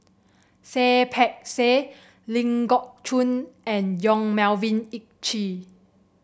Seah Peck Seah Ling Geok Choon and Yong Melvin Yik Chye